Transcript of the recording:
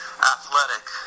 Athletic